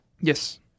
Yes